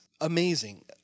amazing